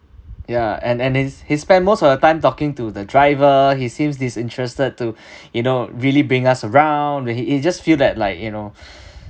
ya and and is he spent most of the time talking to the driver he seems disinterested to you know really bring us around it he just feel that like you know